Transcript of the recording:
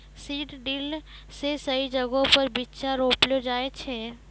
seed drill से सही जगहो पर बीच्चा रोपलो जाय छै